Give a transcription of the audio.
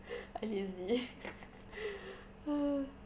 uneasy